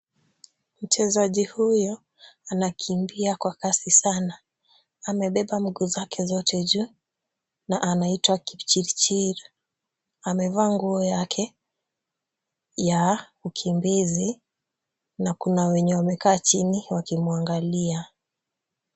Mchezaji huyu anakimbia kwa kasi sana. Amebeba mguu zake zote juu na anaitwa Kipchirchir. Amevaa nguo yake ya ukimbizi na kuna wenye wamekaa chini wakimwangalia.